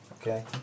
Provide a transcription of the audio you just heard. Okay